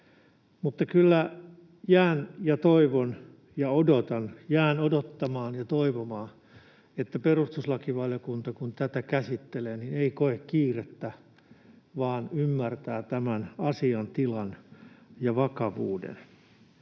Mutta kyllä toivon ja odotan, jään odottamaan ja toivomaan, että perustuslakivaliokunta, kun tätä käsittelee, ei koe kiirettä vaan ymmärtää tämän asian tilan ja vakavuuden.